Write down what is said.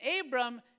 Abram